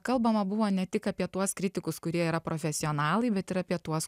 kalbama buvo ne tik apie tuos kritikus kurie yra profesionalai bet ir apie tuos